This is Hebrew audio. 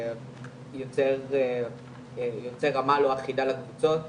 יוצר רמה לא אחידה לקבוצות,